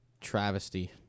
travesty